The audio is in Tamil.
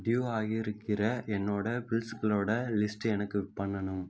ட்யூ ஆகி இருக்கிற என்னோட பில்ஸ்களோட லிஸ்ட்டு எனக்கு பண்ணணும்